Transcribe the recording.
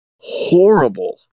horrible